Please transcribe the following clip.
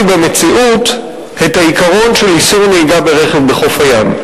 במציאות את העיקרון של איסור נהיגה ברכב בחוף הים.